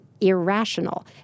irrational